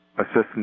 assistance